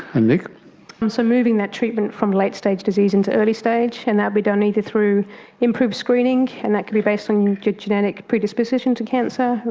and so moving that treatment from late-stage disease into early-stage, and that will be done either through improved screening and that could be based on genetic predisposition to cancer,